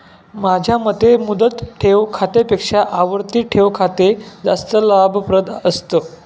माझ्या मते मुदत ठेव खात्यापेक्षा आवर्ती ठेव खाते जास्त लाभप्रद असतं